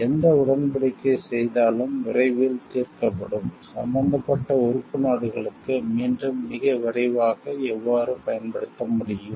எந்த உடன்படிக்கை செய்தாலும் விரைவில் தீர்க்கப்படும் சம்பந்தப்பட்ட உறுப்பு நாடுகளுக்கு மீண்டும் மிக விரைவாக எவ்வாறு பயன்படுத்த முடியும்